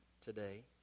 today